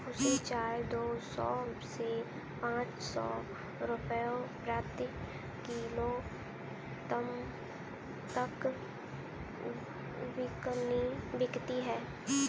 खुली चाय दो सौ से पांच सौ रूपये प्रति किलो तक बिकती है